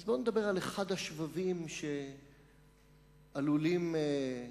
אז בואו נדבר על אחד השבבים שעלולים להינתז